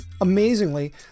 Amazingly